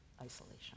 isolation